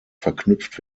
verknüpft